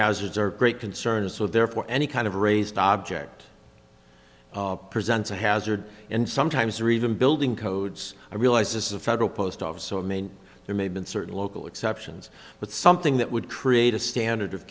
hazards are great concern and so therefore any kind of raised object presents a hazard and sometimes or even building codes i realize this is a federal post office so mean there may have been certain local exceptions but something that would create a standard of